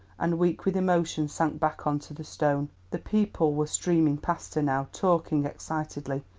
and weak with emotion sank back on to the stone. the people were streaming past her now, talking excitedly.